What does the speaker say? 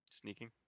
Sneaking